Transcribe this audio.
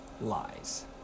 lies